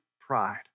pride